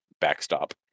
backstop